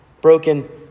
Broken